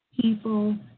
people